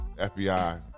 FBI